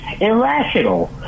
irrational